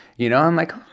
you know? i'm like,